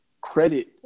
credit